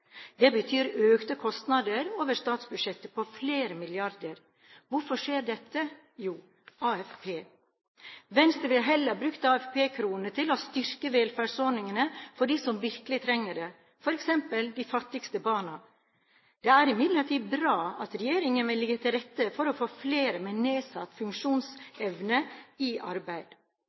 Det betyr økte kostnader over statsbudsjettet på flere milliarder. Hvorfor skjer dette? Jo, AFP. Venstre vil heller bruke AFP-kronene på å styrke velferdsordningene for dem som virkelig trenger det, f.eks. de fattigste barna. Det er imidlertid bra at regjeringen vil legge til rette for å få flere med nedsatt funksjonsevne i arbeid.